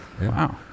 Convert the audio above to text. wow